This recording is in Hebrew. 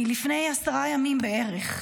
מלפני עשרה ימים בערך.